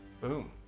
Boom